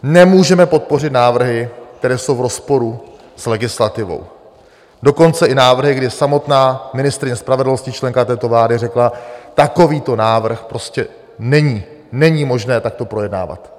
Nemůžeme podpořit návrhy, které jsou v rozporu s legislativou, dokonce i návrhy, kdy samotná ministryně spravedlnosti, členka této vláda řekla: Takovýto návrh prostě není možné takto projednávat.